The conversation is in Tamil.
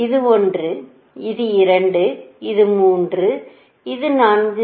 இது 1 இது 2 இது 3 இது 4